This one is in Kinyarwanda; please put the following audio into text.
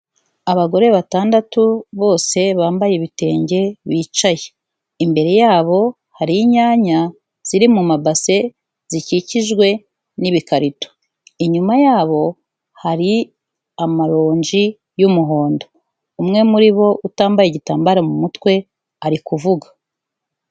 Abagore batandatu bose bambaye ibitenge bicaye, imbere yabo hari inyanya ziri mu mabase zikikijwe n'ibikarito inyuma yabo, hari amaronji y'umuhondo umwe muri bo utambaye igitambaro mu mutwe ari kuvuga.